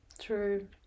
True